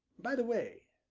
by the way,